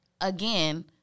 again